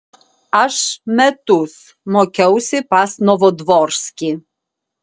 aš metus mokiausi pas novodvorskį